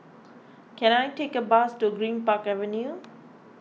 can I take a bus to Greenpark Avenue